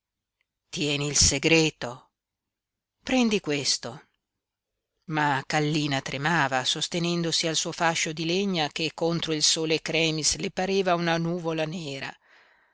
tieni il segreto prendi questo ma kallina tremava sostenendosi al suo fascio di legna che contro il sole cremis le pareva una nuvola nera